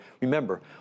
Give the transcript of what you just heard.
Remember